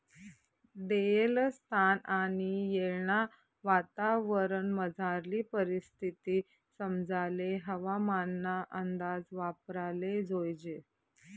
देयेल स्थान आणि येळना वातावरणमझारली परिस्थिती समजाले हवामानना अंदाज वापराले जोयजे